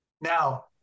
Now